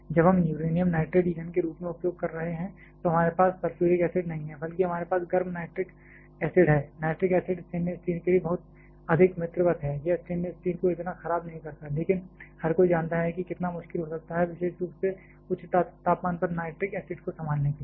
जब हम uranium nitrate ईंधन के रूप में उपयोग कर रहे हैं तो हमारे पास सल्फ्यूरिक एसिड नहीं है बल्कि हमारे पास गर्म नाइट्रिक एसिड है नाइट्रिक एसिड स्टेनलेस स्टील के लिए बहुत अधिक मित्रवत है यह स्टेनलेस स्टील को इतना खराब नहीं करता है लेकिन हर कोई जानता है कि यह कितना मुश्किल हो सकता है विशेष रूप से उच्च तापमान पर नाइट्रिक एसिड को संभालने के लिए